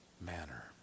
manner